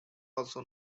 also